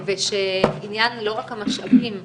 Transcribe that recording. לא רק המשאבים,